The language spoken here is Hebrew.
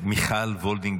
מיכל מרים